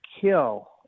kill